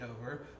over